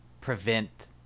prevent